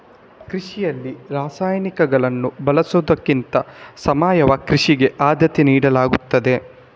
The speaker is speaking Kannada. ಕೃಷಿಯಲ್ಲಿ ರಾಸಾಯನಿಕಗಳನ್ನು ಬಳಸುವುದಕ್ಕಿಂತ ಸಾವಯವ ಕೃಷಿಗೆ ಆದ್ಯತೆ ನೀಡಲಾಗ್ತದೆ